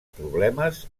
problemes